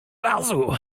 razu